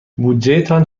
بودجهتان